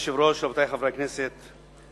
אדוני היושב-ראש, חברי חברי הכנסת,